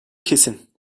kesin